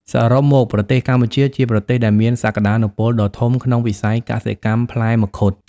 សរុបមក ប្រទេសកម្ពុជា ជាប្រទេសដែលមានសក្ដានុពលដ៏ធំក្នុងវិស័យកសិកម្មផ្លែមង្ឃុត។